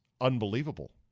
unbelievable